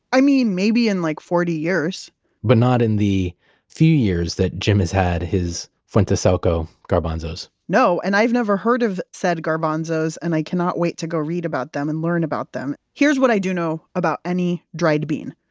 i mean maybe in like forty years but not in the few years that jim has had his fuentesauco garbanzos? no. and i've i've never heard of said garbanzos, and i cannot wait to go read about them and learn about them. here's what i do know about any dried bean.